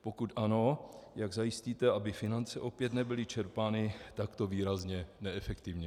Pokud ano, jak zajistíte, aby finance opět nebyly čerpány takto výrazně neefektivně?